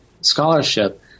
scholarship